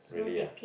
really ah